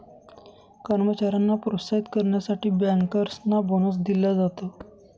कर्मचाऱ्यांना प्रोत्साहित करण्यासाठी बँकर्सना बोनस दिला जातो